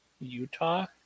Utah